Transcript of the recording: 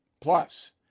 Plus